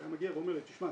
הוא היה אומר לי: תשמע,